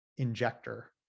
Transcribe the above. injector